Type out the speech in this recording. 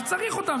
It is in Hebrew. כי צריך אותם.